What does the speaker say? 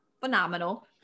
phenomenal